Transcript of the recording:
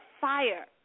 fire